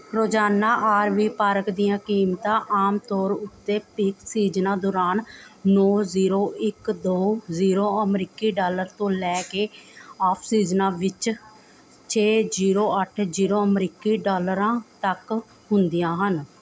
ਰੋਜ਼ਾਨਾ RV park ਦੀਆਂ ਕੀਮਤਾਂ ਆਮ ਤੌਰ ਉੱਤੇ ਪੀਕ ਸੀਜਨਾਂ ਦੌਰਾਨ ਨੌ ਜ਼ੀਰੋ ਇੱਕ ਦੋ ਜ਼ੀਰੋ ਅਮਰੀਕੀ ਡਾਲਰ ਤੋਂ ਲੈ ਕੇ ਆਫ ਸੀਜ਼ਨਾਂ ਵਿੱਚ ਛੇ ਜੀਰੋ ਅੱਠ ਜੀਰੋ ਅਮਰੀਕੀ ਡਾਲਰਾਂ ਤੱਕ ਹੁੰਦੀਆਂ ਹਨ